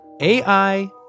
AI